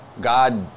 god